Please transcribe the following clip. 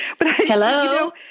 Hello